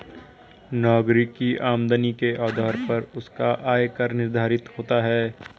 नागरिक की आमदनी के आधार पर उसका आय कर निर्धारित होता है